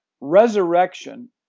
resurrection